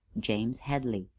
james hadley,